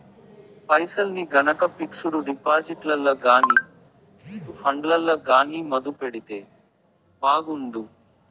పైసల్ని గనక పిక్సుడు డిపాజిట్లల్ల గానీ, మూచువల్లు ఫండ్లల్ల గానీ మదుపెడితే బాగుండు